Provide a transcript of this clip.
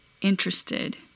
interested